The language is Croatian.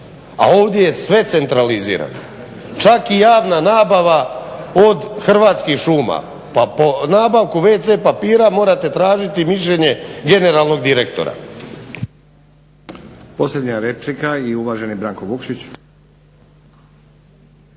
a ovdje je sve centralizirano, čak i javna nabava od Hrvatskih šuma, pa po nabavku WC papira morate tražiti mišljenje generalnog direktora.